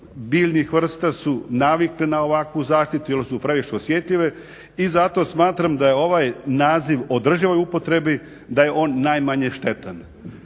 biljnih vrsta su navikle na ovakvu zaštitu jer su previše osjetljive i zato smatram da je ovaj naziv o održivoj upotrebi da je on najmanje štetan.